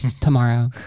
Tomorrow